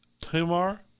Tamar